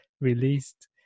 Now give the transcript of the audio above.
released